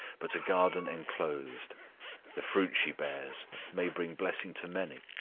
but a garden enclosed the fruit she bears may bring blessing to many,